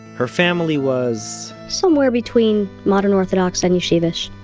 her family was, somewhere between modern orthodox and yeshivish.